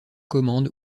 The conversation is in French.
commande